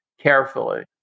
carefully